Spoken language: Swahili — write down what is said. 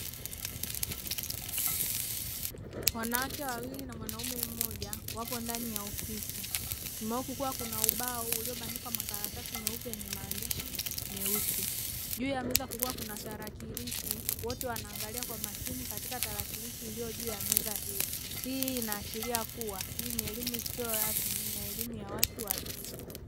Wanawake wawili na mwanaume mmoja wapo ndani ya ofisi. Nyuma yao kukiwa na ubao uliobandikwa makaratasi meupe yenye maandishi meusi, juu ya meza kukiwa kuna tarakirishi. Wote wanaangalia kwa makini katika tarakirishi iliyo juu ya meza hiyo, hii inaashiria kuwa hii ni elimu isio rasmi na elimu ya watu wazima.